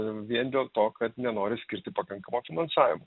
vien dėl to kad nenori skirti pakankamo finansavimo